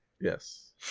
Yes